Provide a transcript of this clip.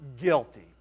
guilty